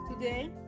today